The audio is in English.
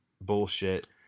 bullshit